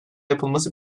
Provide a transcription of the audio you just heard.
yapılması